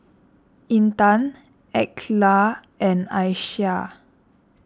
Intan Aqeelah and Aisyah